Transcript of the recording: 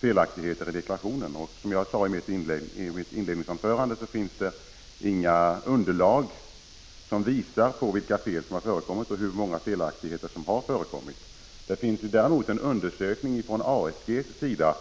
felaktigheter i deklarationerna. Som jag sade i mitt inledningsanförande finns det inte något underlag som visar vilka fel som har förekommit eller hur många de är. Däremot finns en undersökning som ASG har gjort.